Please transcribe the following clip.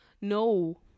No